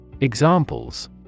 Examples